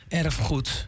erfgoed